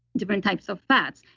different types of fats,